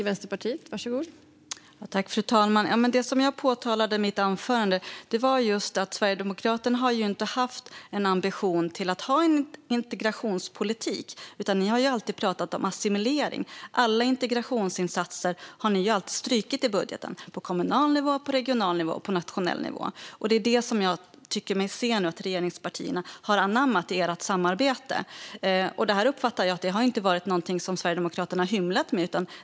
Fru talman! Det jag påpekade i mitt anförande var just att Sverigedemokraterna inte har haft någon ambition att ha en integrationspolitik utan har alltid pratat om assimilering. Alla integrationsinsatser har man alltid strukit ur budgeten på kommunal nivå, på regional nivå och på nationell nivå. Det tycker jag mig nu se att regeringspartierna har anammat i ert samarbete, Leonid Yurkovskiy. Jag uppfattar inte att det har varit något som Sverigedemokraterna har hymlat med.